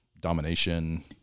domination